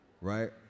right